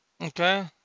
Okay